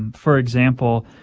for example,